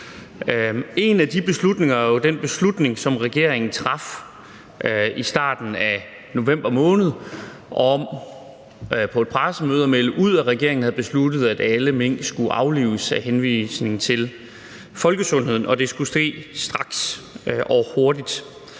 En af de beslutninger er jo den beslutning, som regeringen traf i starten af november måned. På et pressemøde meldte regeringen ud, at den havde besluttet, at alle mink skulle aflives med henvisning til folkesundheden, og at det skulle ske straks og hurtigt.